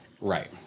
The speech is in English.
Right